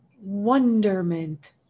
wonderment